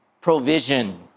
provision